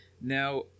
Now